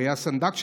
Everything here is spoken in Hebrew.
הוא היה הסנדק שלך,